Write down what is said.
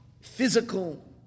physical